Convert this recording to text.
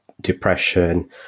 depression